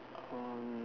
um